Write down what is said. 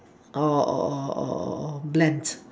or or or or or bland